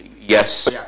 Yes